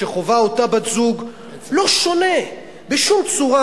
שחווה אותה בת-זוג לא שונה בשום צורה